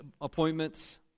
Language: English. appointments